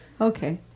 Okay